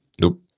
nope